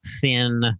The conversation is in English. thin